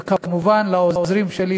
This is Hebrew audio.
וכמובן לעוזרים שלי,